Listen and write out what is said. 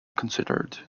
considered